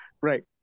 right